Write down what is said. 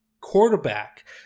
quarterback